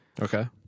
okay